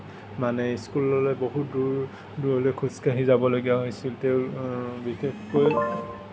মানে স্কুললৈ বহুত দূৰ দূৰলৈ খোজ কাঢ়ি যাবলগীয়া হৈছিল তেওঁ বিশেষকৈ